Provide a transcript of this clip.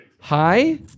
Hi